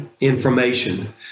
information